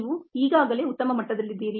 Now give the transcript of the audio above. ನೀವು ಈಗಾಗಲೇ ಉತ್ತಮ ಮಟ್ಟದಲ್ಲಿದ್ದೀರಿ